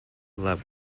love